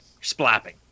Splapping